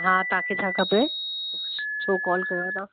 हा तव्हांखे छा खपे छो कॉल कयो तव्हां